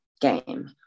game